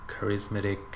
charismatic